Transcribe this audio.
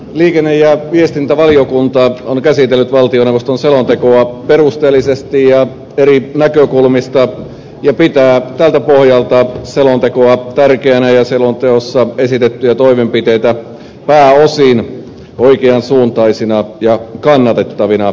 liikenne ja viestintävaliokunta on käsitellyt valtioneuvoston selontekoa perusteellisesti ja eri näkökulmista ja pitää tältä pohjalta selontekoa tärkeänä ja selonteossa esitettyjä toimenpiteitä pääosin oikean suuntaisina ja kannatettavina